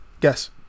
guess